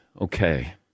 okay